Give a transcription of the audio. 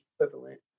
equivalent